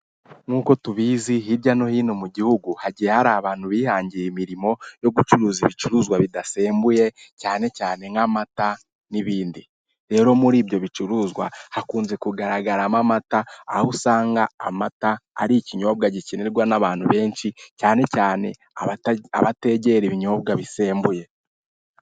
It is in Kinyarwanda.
Nk'uko tubizi hirya no hino mu gihugu hagiye hari abantu bihangiye imirimo yo gucuruza ibicuruzwa bidasembuye cyane cyane nk'amata n'ibindi, rero muri ibyo bicuruzwa hakunze kugaragaramo amata, aho usanga amata ari ikinyobwa gikenerwa n'abantu benshi cyane cyane abategera ku binyobwa bisembuye.